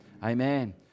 Amen